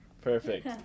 Perfect